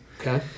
Okay